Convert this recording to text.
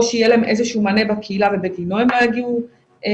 או שיהיה להם איזה שהוא מענה בקהילה ובגינו הם לא יגיעו למיון.